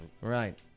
Right